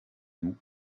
nous